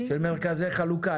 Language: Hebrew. של מרכזי חלוקה,